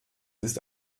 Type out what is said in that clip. ist